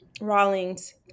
Rawlings